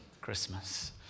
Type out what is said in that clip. Christmas